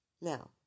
Now